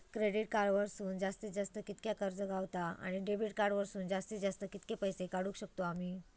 Credit card वरसून जास्तीत जास्त कितक्या कर्ज गावता, आणि डेबिट कार्ड वरसून जास्तीत जास्त कितके पैसे काढुक शकतू आम्ही?